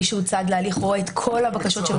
מי שהוא צד להליך רואה את כל הבקשות שמוגשות.